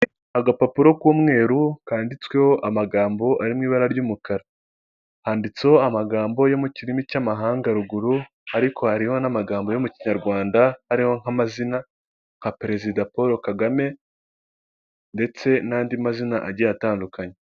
Agapapuro k'umweru kanditsweho amagambo ari mu ibara ry'umukara, handitseho amagambo yo mu kirimi cy'amahanga ruguru, ariko harimo n'amagambo yo mu kinyarwanda ariho nk'amazina nka perezida Paul Kgame ndetse n'andi mazina agiye atandukanye.